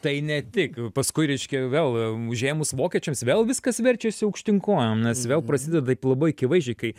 tai ne tik paskui reiškia vėl užėmus vokiečiams vėl viskas verčiasi aukštyn kojom nes vėl prasideda taip labai akivaizdžiai kai